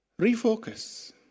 Refocus